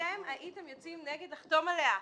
אתם הייתם יוצאים נגד לחתום עליה.